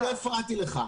לא הפרעתי לך.